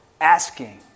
asking